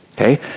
okay